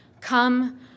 come